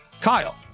Kyle